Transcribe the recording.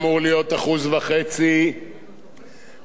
מעלים אותו עכשיו ל-3%.